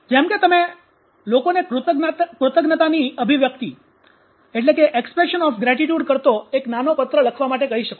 જેમ કે તમે લોકોને કૃતજ્ઞતાની અભિવ્યક્તિ કરતો એક નાનો પત્ર લખવા માટે કહી શકો